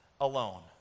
alone